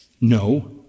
No